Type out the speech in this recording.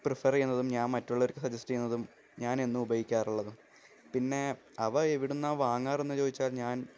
prefer ചെയ്യുന്നതും ഞാൻ മറ്റുള്ളവർക്ക് സജസ്റ്റ് ചെയ്യുന്നതും ഞാനെന്നും ഉപയോഗിക്കാറുള്ളതും പിന്നെ അവ എവിടുന്നാണ് വാങ്ങാറെന്നു ചോദിച്ചാൽ ഞാൻ